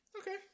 Okay